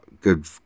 good